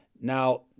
Now